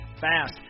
fast